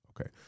okay